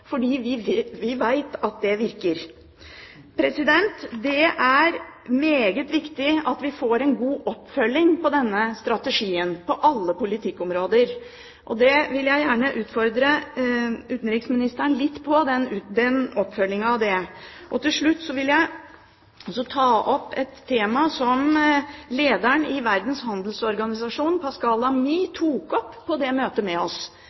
fordi vi vet at det virker. Det er meget viktig at vi får en god oppfølging av denne strategien på alle politikkområder. Jeg vil gjerne utfordre utenriksministeren litt på oppfølgingen av det. Til slutt vil jeg også ta opp et tema som lederen i Verdens handelsorganisasjon Pascal Lamy tok opp på det møtet med oss,